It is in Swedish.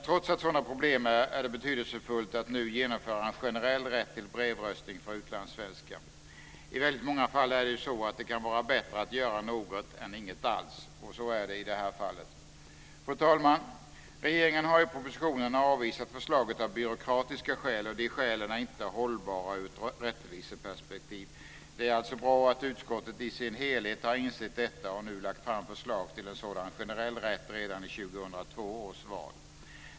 Trots sådana problem är det betydelsefullt att nu genomföra en generell rätt till brevröstning för utlandssvenskar. I väldigt många fall kan det vara bättre att göra någonting än ingenting alls. Så är det i detta fall. Fru talman! Regeringen har i propositionen avvisat förslaget av byråkratiska skäl. De skälen är inte hållbara ur ett rättviseperspektiv. Det är bra att utskottet i dess helhet har insett detta och nu lagt fram förslag till en sådan generell rätt redan i 2002 års val.